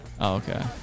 okay